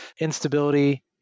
instability